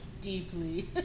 deeply